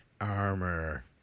armor